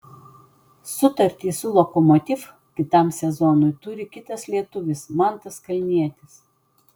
sutartį su lokomotiv kitam sezonui turi kitas lietuvis mantas kalnietis